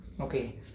okay